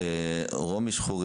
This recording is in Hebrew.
שלום רומי שחורי,